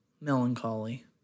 Melancholy